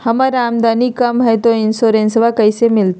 हमर आमदनी कम हय, तो इंसोरेंसबा कैसे मिलते?